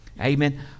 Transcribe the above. Amen